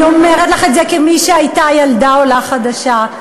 אני אומרת לך את זה כמי שהייתה ילדה עולה חדשה,